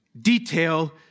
detail